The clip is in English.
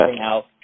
out